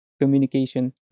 communication